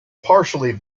partially